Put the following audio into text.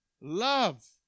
love